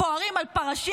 המפלגות